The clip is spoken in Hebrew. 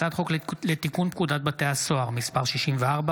הצעת חוק לתיקון פקודת בתי הסוהר (מס' 64,